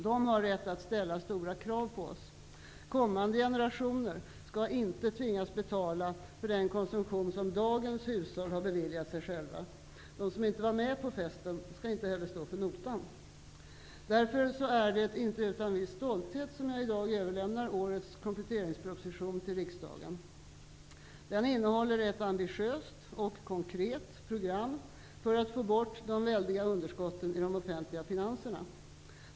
De har rätt att ställa stora krav på oss. Kommande generationer skall inte tvingas betala för den konsumtion som dagens hushåll har beviljat sig själva. De som inte var med på festen skall inte heller stå för notan. Därför är det inte utan en viss stolthet som jag i dag överlämnar årets kompletteringsproposition till riksdagen. Den innehåller ett ambitiöst och konkret program för att få bort de väldiga underskotten i de offentliga finanserna.